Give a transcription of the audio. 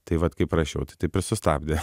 tai vat kaip prašiau tai taip ir sustabdė